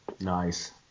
Nice